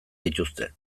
dituzte